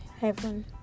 heaven